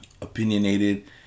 opinionated